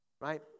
right